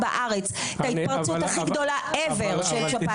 בארץ ההתפרצות הכי גדולה של שפעת העופות.